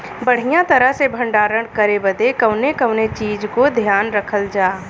बढ़ियां तरह से भण्डारण करे बदे कवने कवने चीज़ को ध्यान रखल जा?